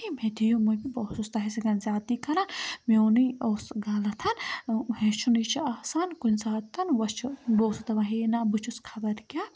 مےٚ دِیِو معٲفی بہٕ اوسُس تۄہہِ سۭتۍ زیادتی کَران میونُے اوس غلطَن ہیٚچھنُے چھُ آسان کُنہِ ساتَن وَ چھُ بہٕ اوسُس دَپان ہے نہ بہٕ چھُس خبر کیٛاہ